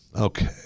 Okay